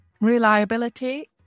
reliability